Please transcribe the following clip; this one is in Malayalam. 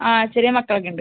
ആ ചെറിയ മക്കളൊക്കെ ഉണ്ട്